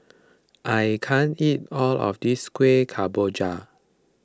I can't eat all of this Kueh Kemboja